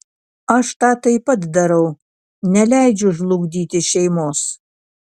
aš tą taip pat darau neleidžiu žlugdyti šeimos